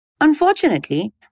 Unfortunately